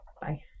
bye